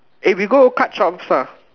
eh we go cut ah